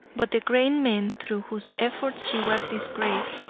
but the great men, through whose efforts she was disgraced,